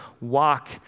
walk